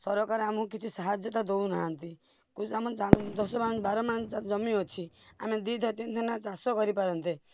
ସରକାର ଆମୁକୁ କିଛି ସାହାଯ୍ୟତା ଦଉନାହାନ୍ତି କହୁଛନ୍ତି ଅମର ଦଶ ମାଣ ବାର ମାଣ ଜମି ଅଛି ଆମେ ଦୁଇ ତିନ ଥାନା ଚାଷ କରି ପାରନ୍ତେ